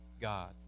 God